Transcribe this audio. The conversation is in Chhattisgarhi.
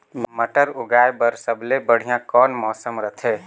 मटर उगाय बर सबले बढ़िया कौन मौसम रथे?